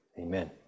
Amen